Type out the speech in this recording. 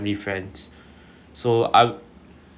so I'll yap